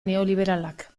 neoliberalak